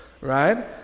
right